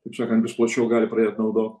taip sakant vis plačiau gali pradėt naudot